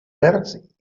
verds